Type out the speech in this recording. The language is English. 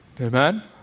Amen